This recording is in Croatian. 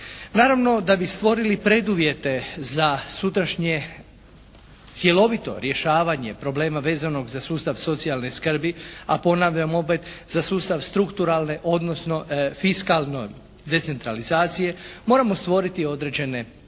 Naravno da bi stvorili preduvjete za sutrašnje cjelovito rješavanje problema vezanog za sustav socijalne skrbi, a ponavljam opet za sustav strukturalne, odnosno fiskalne decentralizacije moramo stvoriti određene preduvjete.